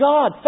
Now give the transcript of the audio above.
God